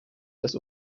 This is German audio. dass